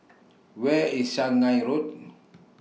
Where IS Shanghai Road